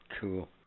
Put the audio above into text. Cool